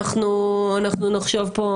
ואנחנו נחשוב פה,